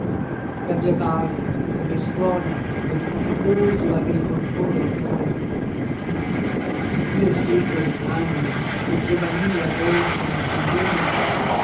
per le valli ove suona del faticoso agricoltore il canto ed io seggo e mi lagno del giovanile error che m'abbandona